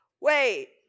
wait